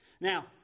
Now